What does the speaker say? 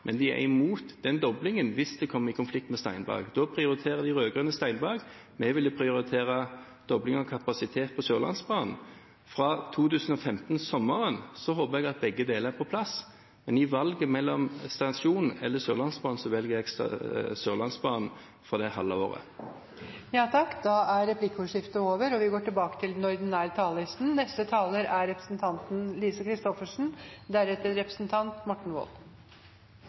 men de er imot den doblingen hvis det kommer i konflikt med Steinberg. Da prioriterer de rød-grønne Steinberg. Vi vil prioritere dobling av kapasiteten på Sørlandsbanen. Fra sommeren 2015 håper jeg at begge deler er på plass, men i valget mellom Steinberg stasjon og Sørlandsbanen velger jeg Sørlandsbanen for det halve året. Replikkordskiftet er over. De talerne som heretter får ordet, har en taletid på inntil 3 minutter. Passasjerer er en brysom ting – særlig de som vil av og på. For da